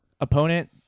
opponent